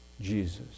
Jesus